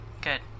Good